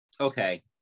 okay